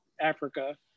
Africa